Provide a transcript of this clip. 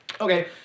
Okay